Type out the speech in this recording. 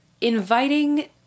inviting